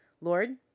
lord